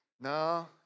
No